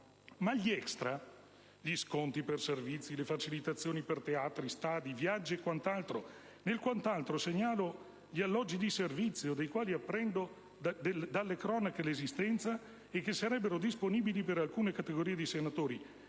diversi *extra:* gli sconti per servizi, le facilitazioni per teatri, stadi, viaggi e quant'altro (nel quant'altro segnalo gli alloggi di servizio, della cui esistenza apprendo dalle cronache, che sarebbero disponibili per alcune categorie di senatori: